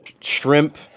shrimp